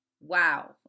wow